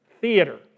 theater